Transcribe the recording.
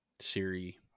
Siri